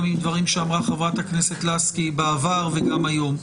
עם דברים שאמרה חברת לסקי בעבר וגם היום.